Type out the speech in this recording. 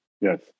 yes